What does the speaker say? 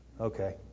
Okay